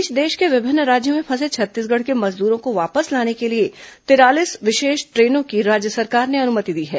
इस बीच देश के विभिन्न राज्यों में फंसे छत्तीसगढ़ के मजदूरों को वापस लाने के लिए तिरालीस विशेष ट्रेनों की राज्य सरकार ने अनुमति दी है